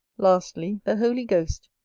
lastly, the holy ghost,